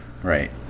Right